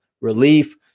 relief